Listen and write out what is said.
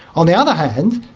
on the other hand,